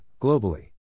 globally